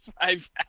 Five